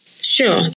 Sure